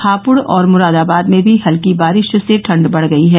हापुड़ और मुरादाबाद में भी हल्की बारिश से ठंड़ बढ़ गयी है